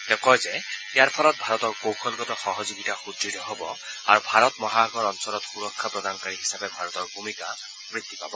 তেওঁ কয় যে ইয়াৰ ফলত ভাৰতৰ কৌশলগত সহযোগিতা সুদঢ় হ'ব আৰু ভাৰত মহাসাগৰ অঞ্চলত সুৰক্ষা প্ৰদানকাৰী হিচাপে ভাৰতৰ ভূমিকা বৃদ্ধি পাব